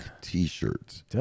t-shirts